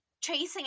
chasing